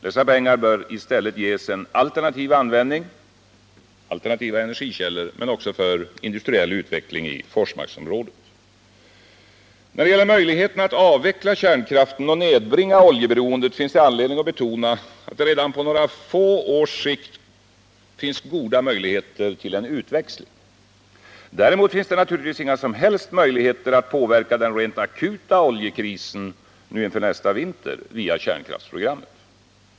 Dessa pengar bör i stället ges en alternativ användning — för alternativa energikällor — men också för industriell utveckling i Forsmarksområdet. När det gäller möjligheterna att avveckla kärnkraften och nedbringa oljeberoendet finns det anledning betona att det redan på några få års sikt finns goda möjligheter till en utväxling. Däremot finns det naturligtvis inga som helst möjligheter att påverka den rent akuta oljekrisen — nu inför nästa vinter — via kärnkraftsprogrammet.